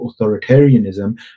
authoritarianism